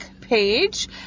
page